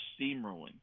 steamrolling